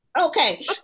Okay